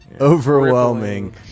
overwhelming